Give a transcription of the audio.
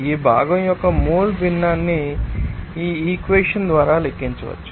ఈ భాగం యొక్క మోల్ భిన్నాన్ని ఈ ఈక్వెషన్ ద్వారా లెక్కించవచ్చు